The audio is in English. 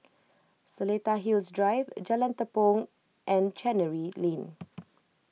Seletar Hills Drive Jalan Tepong and Chancery Lane